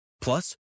Plus